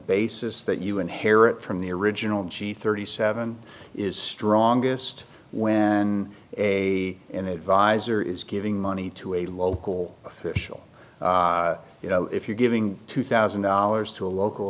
basis that you inherit from the original g thirty seven is strongest when a and adviser is giving money to a local official you know if you're giving two thousand dollars to a local